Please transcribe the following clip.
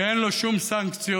שאין בו שום סנקציות.